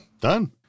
done